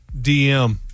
DM